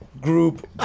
group